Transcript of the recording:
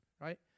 right